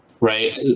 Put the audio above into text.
right